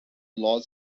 laws